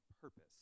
purpose